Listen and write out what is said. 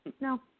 No